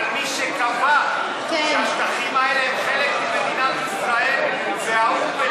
אבל מי שקבע שהשטחים האלה הם חלק ממדינת ישראל זה האו"ם,